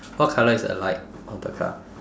what colour is the light of the car